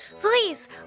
Please